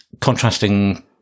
contrasting